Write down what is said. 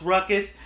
Ruckus